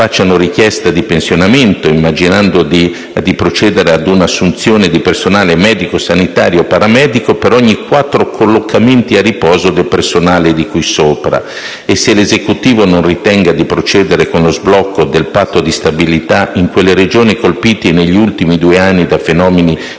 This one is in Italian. facciano richiesta di pensionamento, immaginando di procedere ad una assunzione di personale medico, sanitario, paramedico per ogni quattro collocamenti a riposo del personale di cui sopra. Si chiede altresì se l'Esecutivo non ritenga di procedere con lo sblocco del Patto di stabilità in quelle Regioni colpite negli ultimi due anni da fenomeni